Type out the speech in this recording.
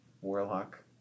Warlock